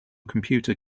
computer